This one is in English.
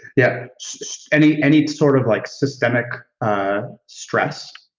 yeah any any sort of like systemic ah stress,